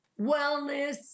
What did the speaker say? wellness